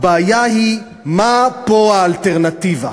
הבעיה היא מה פה האלטרנטיבה.